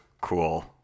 cool